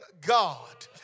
God